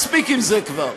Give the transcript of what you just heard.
מספיק עם זה כבר.